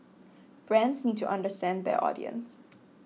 brands need to understand their audience